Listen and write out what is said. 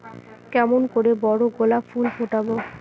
কেমন করে বড় গোলাপ ফুল ফোটাব?